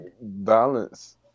balance